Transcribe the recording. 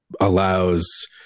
allows